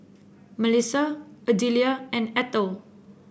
Melissa Adelia and Ethel